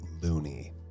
loony